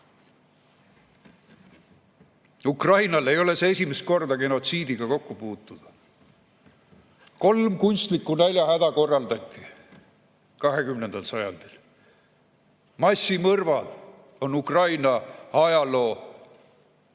Ukrainal ei ole see esimene kord genotsiidiga kokku puutuda. Kolm kunstlikku näljahäda on korraldatud 20. sajandil. Massimõrvad on Ukraina ajaloo